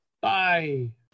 Bye